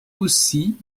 aussi